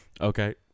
Okay